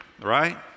right